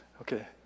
okay